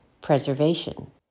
preservation